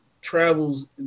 travels